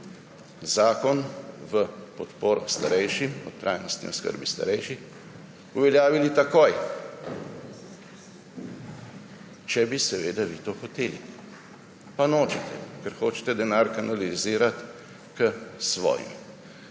zakon v podporo starejšim, o trajnostni oskrbi starejših uveljavili takoj, če bi vi to hoteli. Pa nočete, ker hočete denar kanalizirati k svojim.